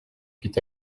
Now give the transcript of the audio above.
huit